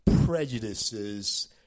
prejudices